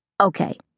Okay